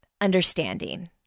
understanding